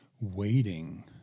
waiting